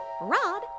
Rod